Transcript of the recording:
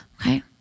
Okay